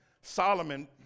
Solomon